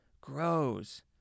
grows